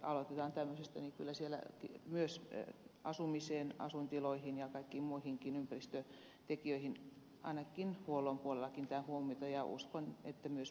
aloitetaan tämmöisestä kyllä siellä myös asumiseen asuintiloihin ja kaikkiin muihinkin ympäristötekijöihin ainakin huollon puolella kiinnitetään huomiota ja uskon että myös muuallakin